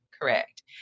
Correct